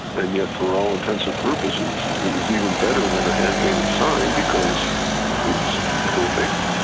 and yet for all intents and purposes, it was even better than the hand-painted sign because it was perfect,